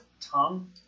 tongue